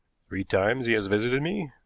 three times he has visited me,